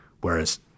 whereas